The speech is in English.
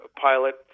pilot